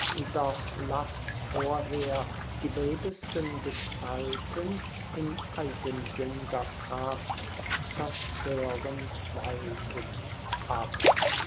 laßt vorher die wildesten gestalten in eigensinn'ger kraft zerstörend walten ab